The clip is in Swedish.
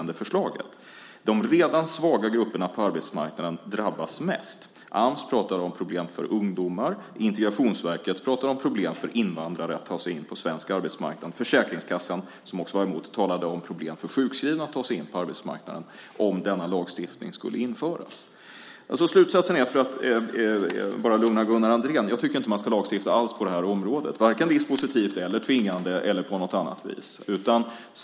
De redan svaga grupperna på arbetsmarknaden drabbas mest. Ams pratar om problem för ungdomar. Integrationsverket pratar om problem för invandrare att ta sig in på svensk arbetsmarknad. Försäkringskassan, som också var emot, talar om problem för sjukskrivna att ta sig in på arbetsmarknaden om denna lagstiftning införs. Slutsatsen är, för att lugna Gunnar Andrén, att jag inte tycker att man alls ska lagstifta på detta område, varken dispositivt, tvingande eller på något annat vis.